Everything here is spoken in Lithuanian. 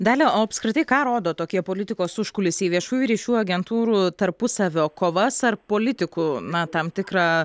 dalia o apskritai ką rodo tokie politikos užkulisiai viešųjų ryšių agentūrų tarpusavio kovas ar politikų na tam tikrą